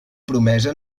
promesa